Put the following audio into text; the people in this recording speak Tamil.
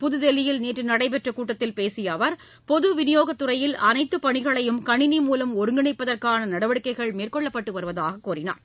புதுதில்லியில் நேற்று நடைபெற்ற கூட்டத்தில் பேசிய அவர் பொது விநியோகத்துறையில் அனைத்துப் பணிகளையும் கணிணி மூலம் ஒருங்கிணைப்பதற்கான நடவடிக்கைகள் மேற்கொள்ளப்பட்டு வருவதாக கூறினார்